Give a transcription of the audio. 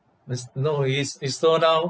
means no worries it's slow down